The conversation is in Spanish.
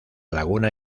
laguna